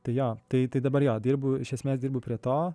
tai jo tai dabar jo dirbu iš esmės dirbu prie to